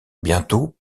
bientôt